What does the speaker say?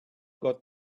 got